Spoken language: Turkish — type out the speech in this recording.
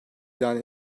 ilan